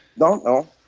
don't know.